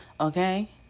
Okay